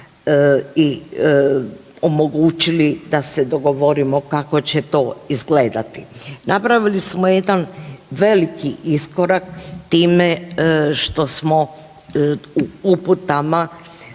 i omogućili da se dogovorimo kako će to izgledati. Napravili smo jedan veliki iskorak time što smo u uputama